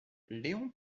léon